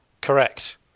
Correct